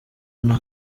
nta